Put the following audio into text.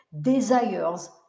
desires